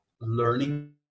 learning